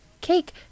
Cake